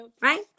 right